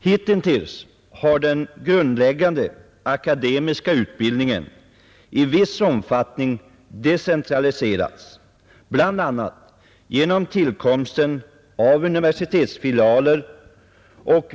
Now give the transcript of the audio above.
Hitintills har den grundläggande akademiska utbildningen i viss omfattning decentraliserats, bl.a. genom tillkomsten av universitetsfilialerna.